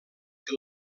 que